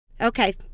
Okay